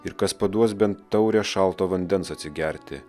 ir kas paduos bent taurę šalto vandens atsigerti